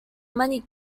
money